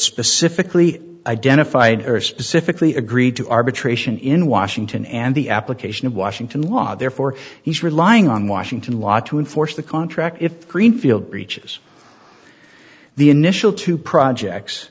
specifically identified or specifically agreed to arbitration in washington and the application of washington law therefore he's relying on washington law to enforce the contract if greenfield breaches the initial two projects